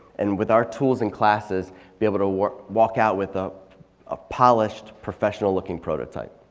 and with our tools and classes be able to walk walk out with a ah polished, professional looking prototype.